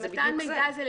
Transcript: אבל זה למי שפנה.